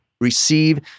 receive